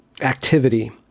activity